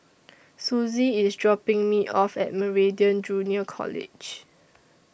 Suzy IS dropping Me off At Meridian Junior College